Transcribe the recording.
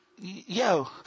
yo